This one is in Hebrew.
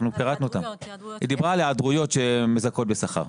היא דיברה על היעדרויות שמזכות בשכר.